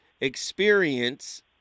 experience